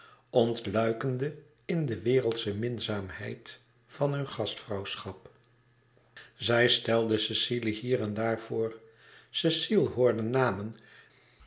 ontluikend in de wereldsche minzaamheid van heur gastvrouwschap zij stelde cecile hier en daar voor cecile hoorde namen